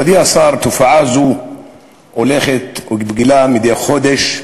מכובדי השר, תופעה זו הולכת וגדלה מדי חודש,